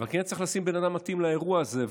אבל כן צריך לשים בן אדם מתאים לאירוע הזה,